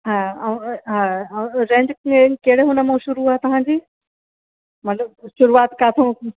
हा ऐं ए हा ऐं ए रेंज कीअं कहिड़े हुन मां शुरू आहे तव्हांजी मतिलबु शुरूआति किथां